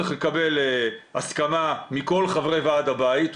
צריך לקבל הסכמה מכל או מרוב חברי ועד הבית,